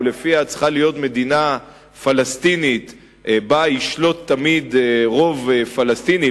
שלפיה צריכה להיות מדינה פלסטינית שבה ישלוט תמיד רוב פלסטיני,